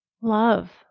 love